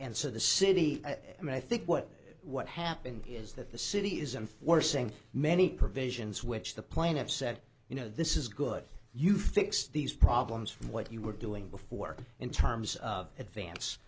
so the city and i think what what happened is that the city isn't forcing many provisions which the plaintiffs said you know this is good you fix these problems from what you were doing before in terms of advance